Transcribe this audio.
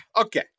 Okay